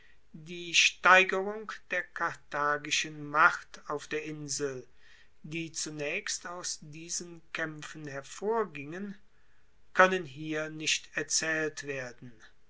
die steigerung der karthagischen macht auf der insel die zunaechst aus diesen kaempfen hervorgingen koennen hier nicht erzaehlt werden